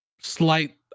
slight